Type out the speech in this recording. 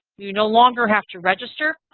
you no longer have to register,